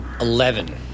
Eleven